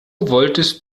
wolltest